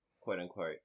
quote-unquote